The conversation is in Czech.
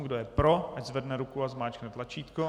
Kdo je pro, ať zvedne ruku a zmáčkne tlačítko.